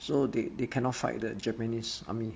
so they they cannot fight the japanese army